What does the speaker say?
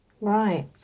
Right